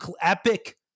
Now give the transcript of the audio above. epic